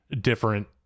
different